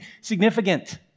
significant